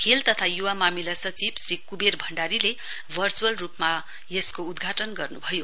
खेल तथा युवा मामिला सचिव श्री कुवेर भण्डारीले भर्चुअल रुपमा यसको उद्घाटन गर्नुभयो